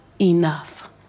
enough